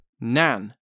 Nan